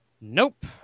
Nope